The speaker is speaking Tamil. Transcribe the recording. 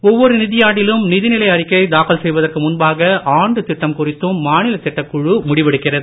ஒவ்வொரு நிதியாண்டிலும் நிதிநிலை அறிக்கை தாக்கல் செய்வதற்கு முன்பாக ஆண்டு திட்டம் குறித்தும் மாநிலத் திட்டக்குழு முடிவெடுக்கிறது